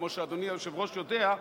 כמו שאדוני היושב-ראש יודע,